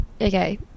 okay